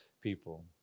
people